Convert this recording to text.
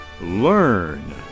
learn